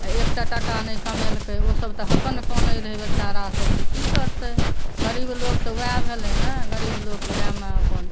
आ एकटा टाका नहि कमेलकै ओ सभ तऽ हकन कनैत रहै बेचारा सभ तऽ की करतै गरीब लोक तऽ वएह भेलै ने गरीब लोक वएहमे अपन